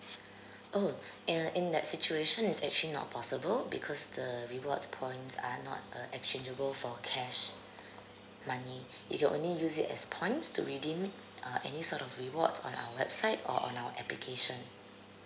oh uh in that situation it's actually not possible because the rewards points are not uh exchangeable for cash money you can only use it as points to redeem uh any sort of rewards on our website or on our application